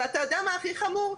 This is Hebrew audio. ואתה יודע מה הכי חמור?